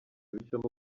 bicamo